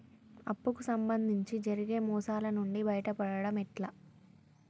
అప్పు కు సంబంధించి జరిగే మోసాలు నుండి బయటపడడం ఎట్లా?